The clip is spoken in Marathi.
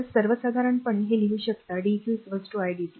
तर सर्वसाधारणपणे ते लिहू शकता dq i dt